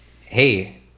Hey